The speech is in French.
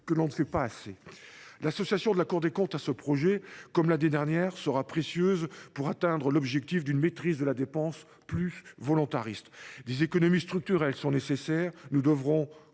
que l’on n’en fait jamais assez ! L’association de la Cour des comptes à ce projet, comme l’année dernière, sera précieuse pour atteindre l’objectif d’une maîtrise plus volontariste de la dépense. Des économies structurelles sont nécessaires ; nous devons